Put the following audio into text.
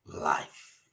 life